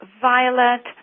violet